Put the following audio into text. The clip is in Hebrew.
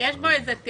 יש בו תיאור